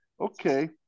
Okay